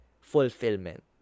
fulfillment